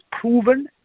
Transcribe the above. proven